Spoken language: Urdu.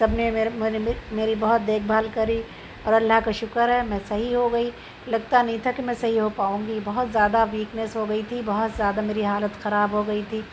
سب نے میرے میری میری میری بہت دیکھ بھال کری اور اللّہ کا شکر ہے میں صحیح ہو گئی لگتا نہیں تھا کہ میں صحیح ہو پاؤں گی بہت زیادہ ویکنیس ہو گئی تھی بہت زیادہ میری حالت خراب ہو گئی تھی